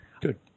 good